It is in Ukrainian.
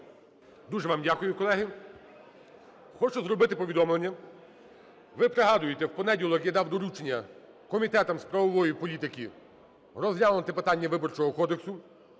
Дуже вам дякую, колеги. Хочу зробити повідомлення. Ви пригадуєте, в понеділок я дав доручення комітетам з правової політики розглянути питання Виборчого кодексу,